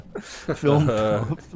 Film